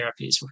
therapies